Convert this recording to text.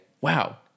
Wow